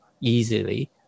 easily